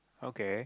okay